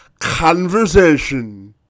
conversation